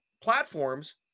platforms